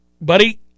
Buddy